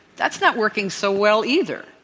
that's not working so well either.